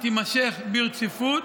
תימשך ברציפות,